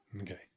Okay